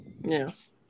yes